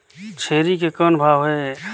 छेरी के कौन भाव हे?